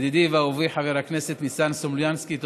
ידידי ואהובי חבר הכנסת ניסן סלומינסקי.